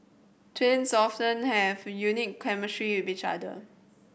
twins often have a unique chemistry with each other